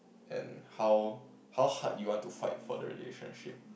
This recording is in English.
and how how hard you want to fight for the relationship